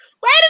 Wait